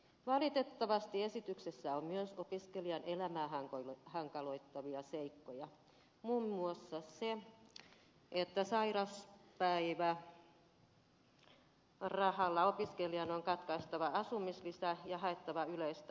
valitettavasti esityksessä on myös opiskelijan elämää hankaloittavia seikkoja muun muassa se että sairauspäivärahalla opiskelijan on katkaistava asumislisä ja haettava yleistä asumistukea